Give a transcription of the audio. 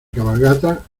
cabalgata